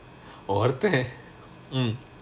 ஒருத்தன்:oruthan mm